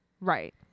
Right